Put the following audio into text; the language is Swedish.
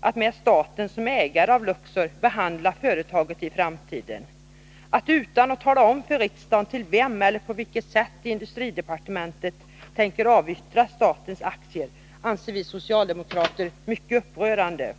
att, med staten som ägare av Luxor, behandla företaget i framtiden. Man talar inte om för riksdagen till vem eller på vilket sätt industridepartementet tänker avyttra statens aktier, och det anser vi socialdemokrater vara mycket upprörande.